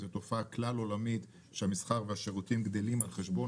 זאת תופעה כלל עולמית שהמסחר והשירותים גדלים על חשבון